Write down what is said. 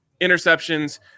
interceptions –